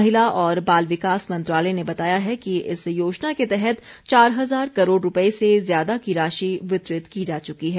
महिला और बाल विकास मंत्रालय ने बताया है कि इस योजना के तहत चार हजार करोड़ रुपए से ज्यादा की राशि वितरित की जा चुकी है